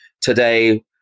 today